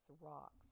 rocks